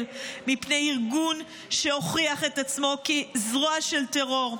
מפני ארגון שהוכיח את עצמו כזרוע של טרור.